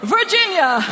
Virginia